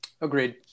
Agreed